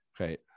Okay